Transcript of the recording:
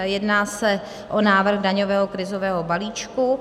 Jedná se o návrh daňového krizového balíčku.